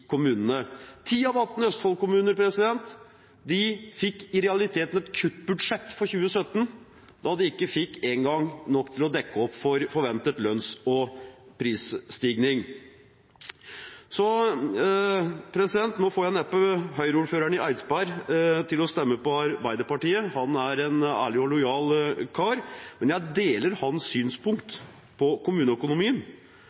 kommunene. 10 av 18 Østfold-kommuner fikk i realiteten et kuttbudsjett for 2017, da de ikke engang fikk nok til å dekke opp for forventet lønns- og prisstigning. Jeg får neppe Høyre-ordføreren i Eidsberg til å stemme på Arbeiderpartiet – han er en ærlig og lojal kar – men jeg deler hans